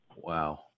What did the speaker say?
Wow